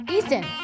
Easton